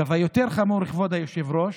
כבוד היושב-ראש,